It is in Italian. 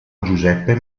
giuseppe